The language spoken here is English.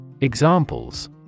Examples